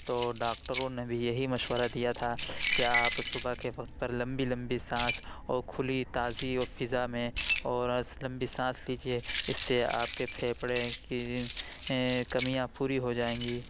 تو ڈاکٹروں نے بھی یہی مشورہ دیا تھا کہ آپ صُبح کے وقت پر لمبی لمبی سانس اور کُھلی تازی فضا میں اور لمبی سانس لیجیے اِس سے آپ کے پھیپھڑے کی کمیاں پوری ہو جائیں گی